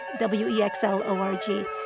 wexl.org